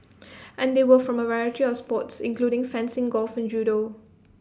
and they were from A variety of sports including fencing golf and judo